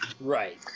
Right